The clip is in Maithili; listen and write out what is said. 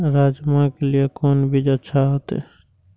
राजमा के लिए कोन बीज अच्छा होते?